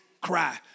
cry